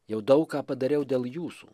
jau daug ką padariau dėl jūsų